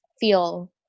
feel